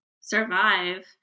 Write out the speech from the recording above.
survive